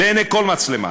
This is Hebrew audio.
לעיני כל מצלמה.